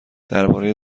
درباره